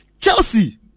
Chelsea